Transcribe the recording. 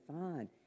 find